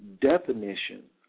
definition